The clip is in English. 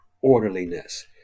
orderliness